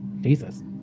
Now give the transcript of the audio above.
Jesus